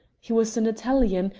he was an italian,